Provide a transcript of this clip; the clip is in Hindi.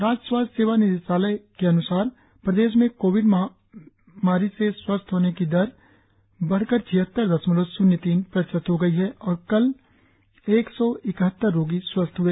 राज्य स्वास्थ्य सेवा निदेशालय के अन्सार प्रदेश में कोविड बीमारी से स्वस्थ होने की दर बढ़कर छिहत्तर दशमलव शून्य तीन प्रतिशत हो गई है और कल एक सौ इकहत्तर रोगी स्वस्थ हए